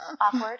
Awkward